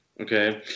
Okay